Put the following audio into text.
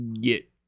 get